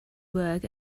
work